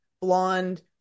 blonde